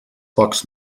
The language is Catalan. pocs